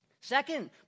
Second